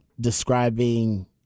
describing